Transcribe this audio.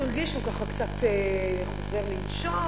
הוא הרגיש שהוא קצת חוזר לנשום,